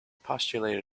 postulated